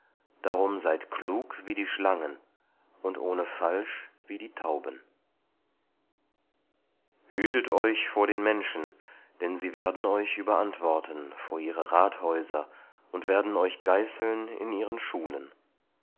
darum seid klug wie die schlangen und ohne falsch wie die tauben hütet euch vor den menschen denn sie werden euch überantworten vor ihre rathäuser und werden euch geißeln in ihren schulen